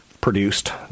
produced